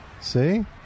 See